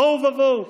תוהו ובוהו.